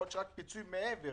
יכול להיות שרק פיצוי מעבר